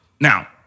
Now